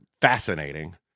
fascinating